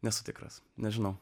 nesu tikras nežinau